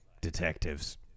detectives